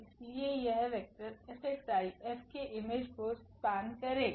इसलिए यह vector F𝑥𝑖 F के इमेज को स्पेन करेगा